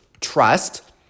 trust